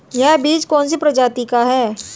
यह बीज कौन सी प्रजाति का है?